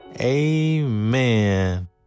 Amen